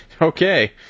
Okay